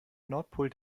nordpol